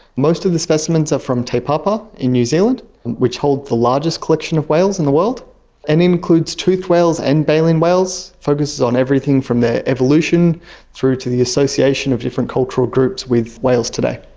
most of the specimens are from te papa in new zealand which hold the largest collection of whales in the world and includes toothed whales and baleen whales, focuses on everything from their evolution through to the association of different cultural groups with whales today.